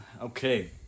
Okay